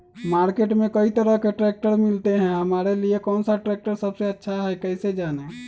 Market में कई तरह के ट्रैक्टर मिलते हैं हमारे लिए कौन सा ट्रैक्टर सबसे अच्छा है कैसे जाने?